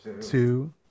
two